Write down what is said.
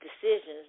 decisions